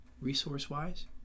resource-wise